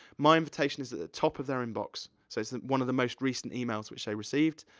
my invitation is at the top of their inbox. so it's the, one of the most recent emails which they received.